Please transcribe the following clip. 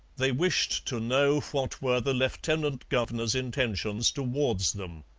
they wished to know what were the lieutenant-governor's intentions towards them.